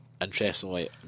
interestingly